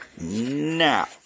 Now